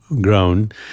ground